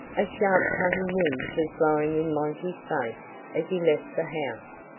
a sharp cutting wind was blowing in monty's face as he left the house.